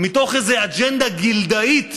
מתוך איזו אג'נדה גילדאית